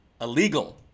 illegal